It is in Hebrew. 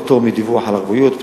פטור מדיווח על ערבויות,